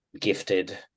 gifted